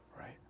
right